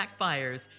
backfires